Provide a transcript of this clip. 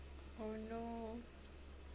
oh no